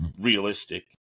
realistic